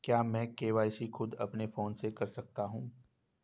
क्या मैं के.वाई.सी खुद अपने फोन से कर सकता हूँ?